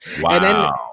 Wow